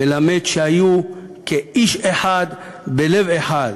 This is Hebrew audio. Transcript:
מלמד שהיו כאיש אחד בלב אחד.